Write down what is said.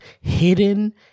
hidden